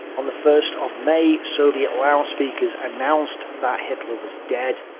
on the first of may, soviet loudspeakers announced that hitler was dead.